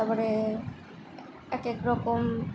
তারপরে একেক রকম